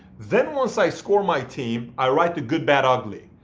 then once i score my team, i write the good, bad, ugly.